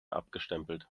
abgestempelt